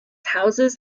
houses